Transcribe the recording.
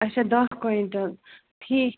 اچھا دَہ کویِنٹَل ٹھیٖک